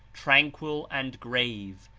tranquil and grave,